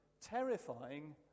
terrifying